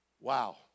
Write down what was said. Wow